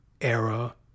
era